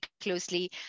closely